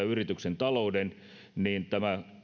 yrityksen talous kestää sen tämä